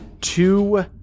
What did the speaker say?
two